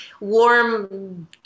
warm